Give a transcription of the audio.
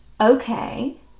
Okay